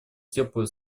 теплые